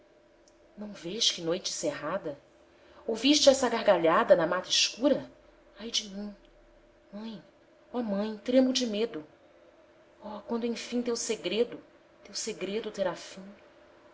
não vês que noite cerrada ouviste essa gargalhada na mata escura ai de mim mãe ó mãe tremo de medo oh quando enfim teu segredo teu segredo terá fim